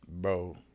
Bro